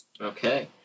Okay